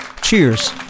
Cheers